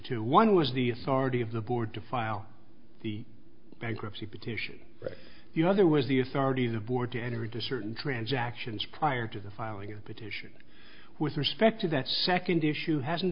two one was the authority of the board to file the bankruptcy protection the other was the authority the board to enter into certain transactions prior to the filing a petition with respect to that second issue hasn't